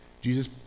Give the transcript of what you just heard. Jesus